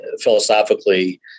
philosophically